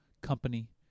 company